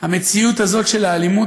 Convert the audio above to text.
המציאות הזאת, של האלימות,